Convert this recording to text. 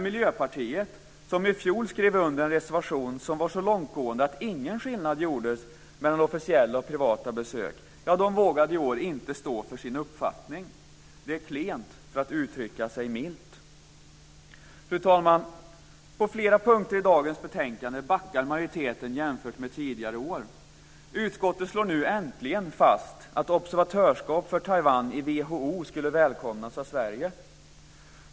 Miljöpartiet skrev i fjol under en reservation som var så långtgående att ingen skillnad gjordes mellan officiella och privata besök, men i år vågade man inte stå för sin uppfattning. Det är klent, för att uttrycka sig milt. Fru talman! På flera punkter i dagens betänkande backar majoriteten jämfört med tidigare år. Utskottet slår nu äntligen fast att observatörskap för Taiwan i WHO skulle välkomnas av Sverige.